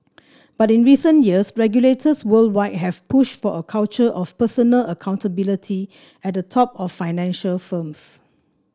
but in recent years regulators worldwide have pushed for a culture of personal accountability at the top of financial firms